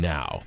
Now